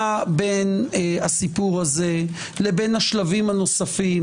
מה בין הסיפור הזה לבין השלבים הנוספים.